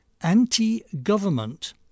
anti-government